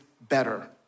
better